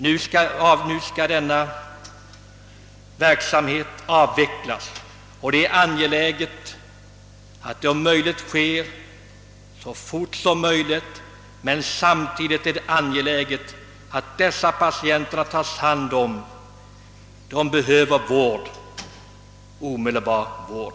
Nu skall denna verksamhet avvecklas, och det är angeläget att detta sker så fort som möjligt. Samtidigt är det emellertid nödvändigt att dessa patienter tas om hand. De behöver omedelbar vård.